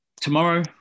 Tomorrow